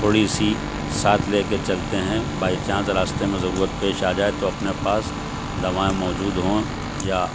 تھوڑی سی ساتھ لے کے چلتے ہیں بائی چانس راستے میں ضرورت پیش آ جائے تو اپنے پاس دوائیں موجود ہوں یا